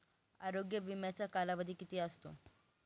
आरोग्य विम्याचा कालावधी किती असतो?